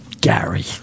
Gary